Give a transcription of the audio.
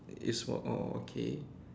you smoke oh okay